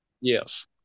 yes